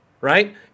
Right